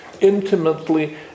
intimately